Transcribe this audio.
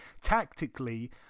tactically